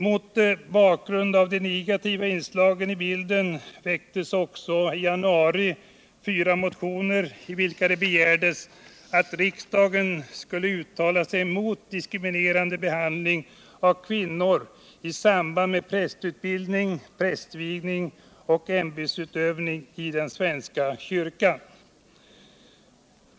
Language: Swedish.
Mot bakgrund av de negativa inslagen i bilden väcktes i januari i år fyra motioner, där man begär att riksdagen uttalar sig mot diskriminerande behandling av kvinnor i samband med prästutbildning, prästvigning och ämbetsutövning it den svenska kyrkan.